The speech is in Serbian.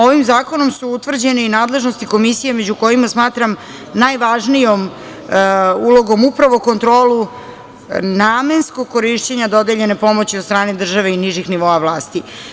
Ovim zakonom su utvrđene nadležnosti komisije među kojima smatram najvažnijom ulogom, upravo kontrolu namenskog korišćenja dodeljene pomoći od strane države i nižih nivoa vlasti.